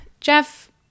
Jeff